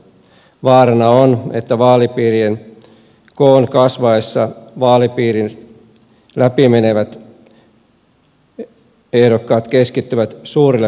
vaarana on että vaalipiirien koon kasvaessa vaalipiirin läpi menevät ehdokkaat keskittyvät suurille paikkakunnille